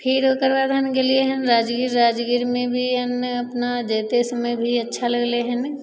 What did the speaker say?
फिर ओकरबाद हम गेलिए हँ राजगीर राजगीरमे भी हम अपना जएते समय भी अच्छा लागलै हँ